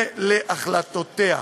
ולהחלטותיה.